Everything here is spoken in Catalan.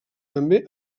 també